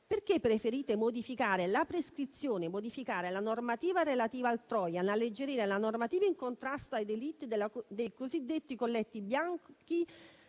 perché preferite modificare la prescrizione, la normativa relativa al *trojan*, alleggerire la normativa di contrasto ai delitti dei cosiddetti colletti bianchi